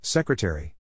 Secretary